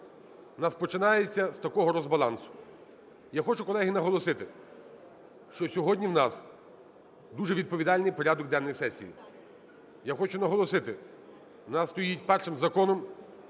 нас починається з такого розбалансу. Я хочу, колеги, наголосити, що сьогодні в нас дуже відповідальний порядок денний сесії. Я хочу наголосити, у нас стоїть першим проект